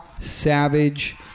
savage